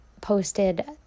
posted